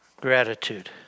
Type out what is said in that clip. gratitude